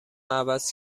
عوض